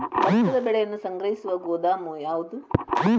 ಭತ್ತದ ಬೆಳೆಯನ್ನು ಸಂಗ್ರಹಿಸುವ ಗೋದಾಮು ಯಾವದು?